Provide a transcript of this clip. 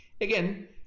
Again